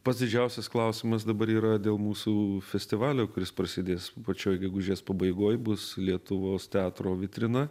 pats didžiausias klausimas dabar yra dėl mūsų festivalio kuris prasidės pačioj gegužės pabaigoj bus lietuvos teatro vitrina